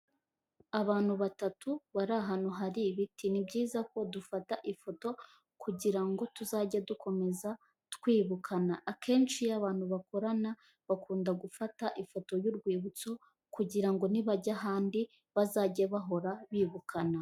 Abantu batatu bari ahantu hari ibiti, ni byiza ko dufata ifoto kugira ngo tuzajye dukomeza twibukana. akenshi iyo abantu bakorana bakunda gufata ifoto y'urwibutso kugira ngo nibajya ahandi bazajye bahora bibukana.